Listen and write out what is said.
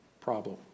Problem